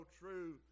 true